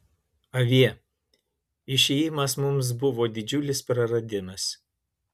avie išėjimas mums buvo didžiulis praradimas